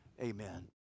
Amen